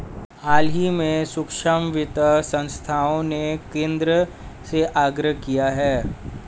हाल ही में सूक्ष्म वित्त संस्थाओं ने केंद्र से आग्रह किया है